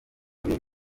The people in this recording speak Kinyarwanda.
muri